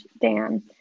Dan